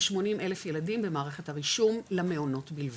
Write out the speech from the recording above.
כ- 80,000 ילדים במערכת הרישום למעונות בלבד.